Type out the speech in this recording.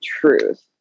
truth